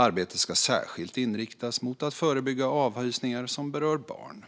Arbetet ska särskilt inriktas mot att förebygga avhysningar som berör barn.